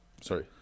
sorry